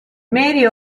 mary